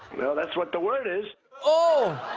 well, that's what the word is. oh!